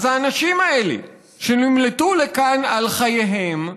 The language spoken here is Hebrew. אז האנשים האלה שנמלטו לכאן על חייהם,